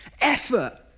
effort